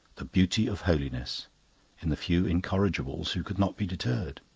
the beauty of holiness in the few incorrigibles who could not be deterred.